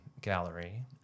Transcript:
gallery